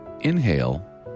Inhale